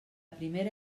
primera